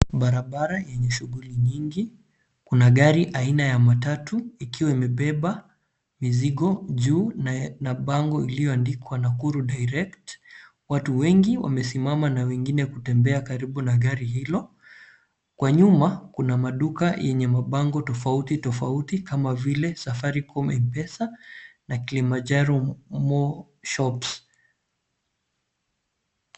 Barabara yenye shughuli nyingi. Kuna gari aina ya matatu ikiwa imebeba mizigo juu na bango iliyoandikwa Nakuru Direct . Watu wengi wamesimama na wengine kutembea karibu na gari hilo. Kwa nyuma kuna maduka yenye mabango tofauti tofauti kama vile Safaricom, M-pesa na Kilimanjaro more shops .